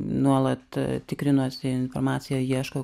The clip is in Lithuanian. nuolat tikrinuosi informaciją ieškau